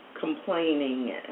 complaining